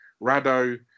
Rado